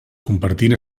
compartint